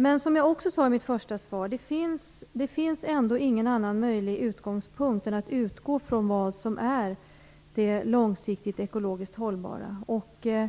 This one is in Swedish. Men som jag också sade i mitt första svar finns det ingen annan möjlig utgångspunkt än att utgå från vad som är långsiktigt ekologiskt hållbart. Jag tycker ändå att vi ser